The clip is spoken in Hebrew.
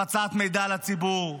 הפצת מידע לציבור,